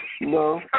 No